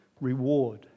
reward